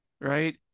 right